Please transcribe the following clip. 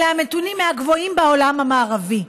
אלה נתונים מהגבוהים בעולם המערבי.